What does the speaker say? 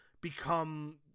become